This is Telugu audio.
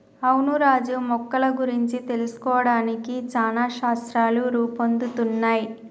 అవును రాజు మొక్కల గురించి తెలుసుకోవడానికి చానా శాస్త్రాలు రూపొందుతున్నయ్